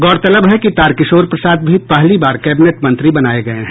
गौरतलब है कि तारकिशोर प्रसाद भी पहली बार कैबिनेट मंत्री बनाये गये हैं